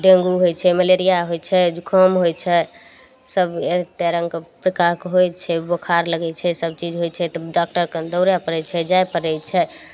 dengue होइ छै malaria होइ जुकाम होइ छै सब एते रङ्गके प्रकारके होइ छै बुखार लगै छै सब चीज होइ छै तऽ डाक्टर कन दौड़ए पड़ै छै जाए पड़ै छै